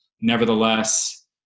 nevertheless